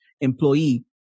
employee